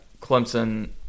Clemson –